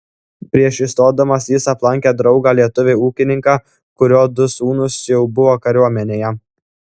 prieš įstodamas jis aplankė draugą lietuvį ūkininką kurio du sūnūs jau buvo kariuomenėje